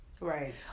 Right